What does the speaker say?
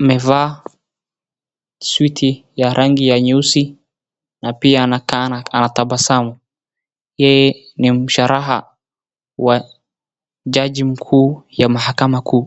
amevaa suti ya rangi ya nyeusi, na pia anakaa anatabasamu. Yeye ni msharaha wa jaji mkuu ya mahakama kuu.